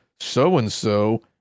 so-and-so